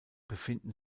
befinden